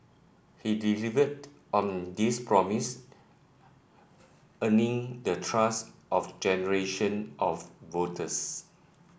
he delivered on this promise earning the trust of generation of voters